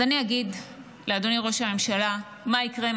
אז אני אגיד לאדוני ראש הממשלה מה יקרה אם